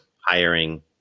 hiring